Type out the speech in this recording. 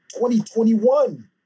2021